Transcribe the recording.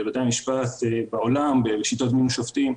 בבתי המשפט בעולם, בשיטות מינוי שופטים,